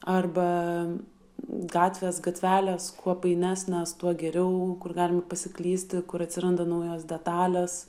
arba gatvės gatvelės kuo painesnės tuo geriau kur galima pasiklysti kur atsiranda naujos detalės